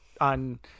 on